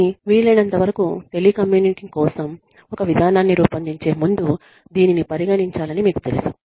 కానీ వీలైనంతవరకు టెలికమ్యూటింగ్ కోసం ఒక విధానాన్ని రూపొందించే ముందు దీనిని పరిగణించాలని మీకు తెలుసు